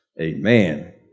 Amen